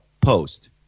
post